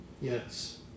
Yes